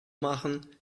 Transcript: machen